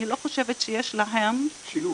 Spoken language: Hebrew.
אני לא חושבת שיש להם --- שילוב.